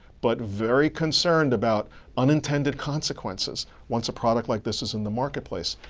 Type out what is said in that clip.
but very concerned about unintended consequences, once a product like this is in the marketplace.